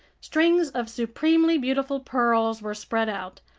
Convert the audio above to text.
strings of supremely beautiful pearls were spread out,